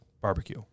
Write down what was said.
barbecue